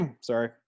sorry